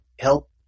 help